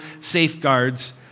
safeguards